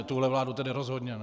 Tuhle vládu tedy rozhodně ne.